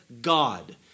God